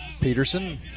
Peterson